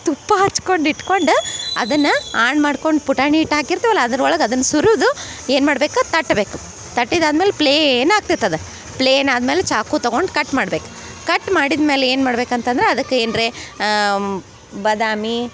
ತುಪ್ಪ ಹಚ್ಕೊಂಡು ಇಡ್ಕೊಂಡು ಅದನ್ನ ಆಣ್ ಮಾಡ್ಕೊಂಡು ಪುಟಾಣಿ ಹಿಟ್ ಹಾಕಿರ್ತೆವಲ್ಲ ಅದ್ರ ಒಳಗ ಅದನ್ನ ಸುರುದು ಏನು ಮಾಡ್ಬೇಕು ತಟ್ಬೇಕು ತಟ್ಟಿದ ಆದ್ಮೇಲೆ ಪ್ಲೇನ್ ಆಗ್ತೈತೆ ಅದು ಪ್ಲೇನ್ ಆದ್ಮೇಲೆ ಚಾಕು ತಗೊಂಡು ಕಟ್ ಮಾಡ್ಬೇಕು ಕಟ್ ಮಾಡಿದ್ಮೇಲೆ ಏನು ಮಾಡ್ಬೇಕು ಅಂತಂದ್ರ ಅದಕ್ಕೆ ಏನ್ರೆ ಬಾದಾಮಿ